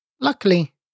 Luckily